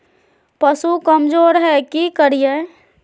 पशु कमज़ोर है कि करिये?